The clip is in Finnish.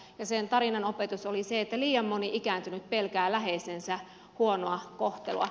sen tarinan opetus oli se että liian moni ikääntynyt pelkää läheisensä huonoa kohtelua